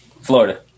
Florida